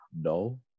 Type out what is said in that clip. No